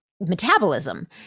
metabolism